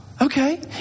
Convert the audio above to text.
Okay